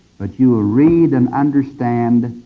but you will read and understand